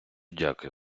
дякую